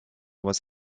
was